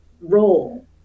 role